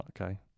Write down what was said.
okay